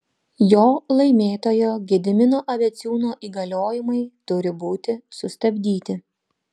jo laimėtojo gedimino abeciūno įgaliojimai turi būti sustabdyti